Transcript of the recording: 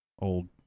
old